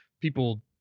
people